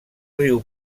riu